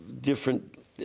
different